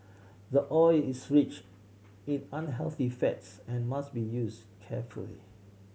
the oil is rich in unhealthy fats and must be used carefully